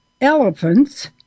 elephants